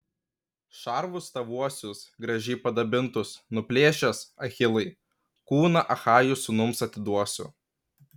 šarvus tavuosius gražiai padabintus nuplėšęs achilai kūną achajų sūnums atiduosiu